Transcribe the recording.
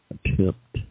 Attempt